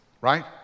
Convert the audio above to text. right